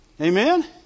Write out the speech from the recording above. Amen